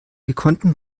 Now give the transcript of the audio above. gekonnten